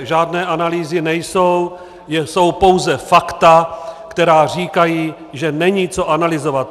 Žádné analýzy nejsou, jsou pouze fakta, která říkají, že není co analyzovat.